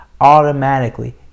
automatically